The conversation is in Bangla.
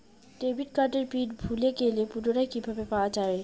ডেবিট কার্ডের পিন ভুলে গেলে পুনরায় কিভাবে পাওয়া য়ায়?